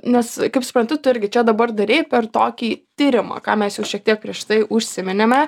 nes kaip suprantu tu irgi čia dabar darei per tokį tyrimą ką mes jau šiek tiek prieš tai užsiminėme